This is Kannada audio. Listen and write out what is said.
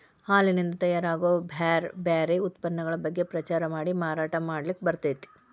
ಹಾಲಿನಿಂದ ತಯಾರ್ ಆಗೋ ಬ್ಯಾರ್ ಬ್ಯಾರೆ ಉತ್ಪನ್ನಗಳ ಬಗ್ಗೆ ಪ್ರಚಾರ ಮಾಡಿ ಮಾರಾಟ ಮಾಡ್ಲಿಕ್ಕೆ ಬರ್ತೇತಿ